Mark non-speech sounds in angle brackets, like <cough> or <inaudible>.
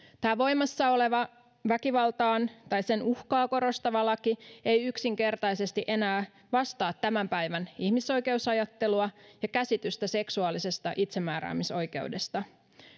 tämä voimassa oleva väkivaltaa tai sen uhkaa korostava laki <unintelligible> ei yksinkertaisesti enää vastaa tämän päivän ihmisoikeusajattelua ja käsitystä seksuaalisesta itsemääräämisoikeudesta